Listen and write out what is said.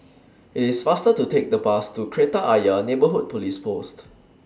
IT IS faster to Take The Bus to Kreta Ayer Neighbourhood Police Post